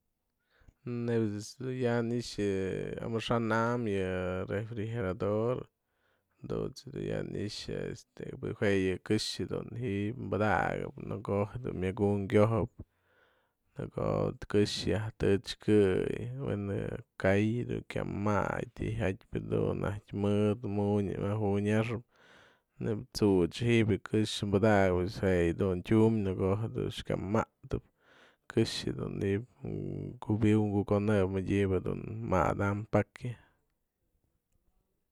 Nebya ejt's dun ya'a i'ixë yë amaxa'an am yë refrigerador dunt's du ya i'ixë jue yë këxë ji'ip padaka'ap në ko'o jadun kyojäp në ko'oda këxë ya'aj tëchkë wen je'e ka'ay dun kya ma'atyë ti'ijatpë dun mëdë majunyaxën neib t'such ji'ib du këxë padaka'ap pues jue yë dun tyumbë në ko'o dun kyamatëp këxë ji'ib mkubi'iw mkuko'owëp medyëbë dun madam pakya.